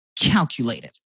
calculated